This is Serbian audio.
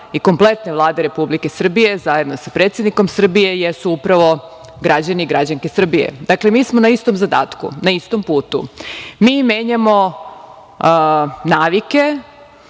i kompletne Vlade Republike Srbije, zajedno sa predsednikom Srbije, jesu upravo građani i građanke Srbije. Dakle, mi smo na istom zadatku. Na istom putu. Mi menjamo navike